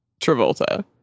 Travolta